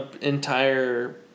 entire